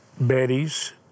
Betty's